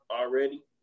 already